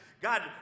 God